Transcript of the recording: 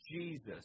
Jesus